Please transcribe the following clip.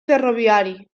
ferroviari